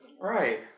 Right